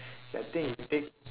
I think he take